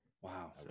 Wow